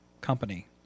company